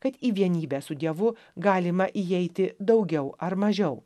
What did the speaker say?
kad į vienybę su dievu galima įeiti daugiau ar mažiau